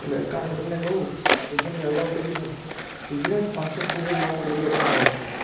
એનું એક કારણ તમને કહું તો જે મેં અગાઉ કહ્યું એમ ગુજરાત પાસે ખૂબ જ લાંબો દરિયા કિનારો છે